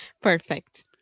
Perfect